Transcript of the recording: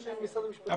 3 הצעת צו בתי הסוהר (שחרור מינהלי) (קביעת תקן כליאה),